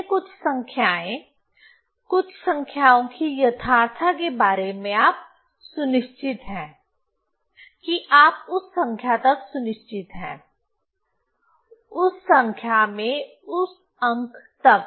पहले कुछ संख्याएँ कुछ संख्याओं की यथार्थता के बारे में आप सुनिश्चित हैं कि आप उस संख्या तक सुनिश्चित हैं उस संख्या में उस अंक तक